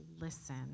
listen